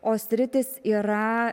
o sritys yra